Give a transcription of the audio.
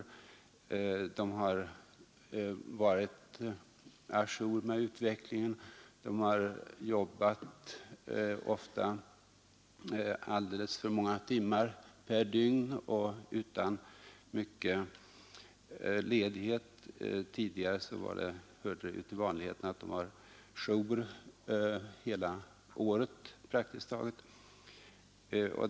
Provinsialläkarna har varit å jour med utvecklingen, de har ofta jobbat alldeles för många timmar per dygn och utan mycken ledighet; tidigare hörde det till vanligheten att de hade jour praktiskt taget hela året.